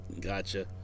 Gotcha